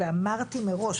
ואמרתי מראש,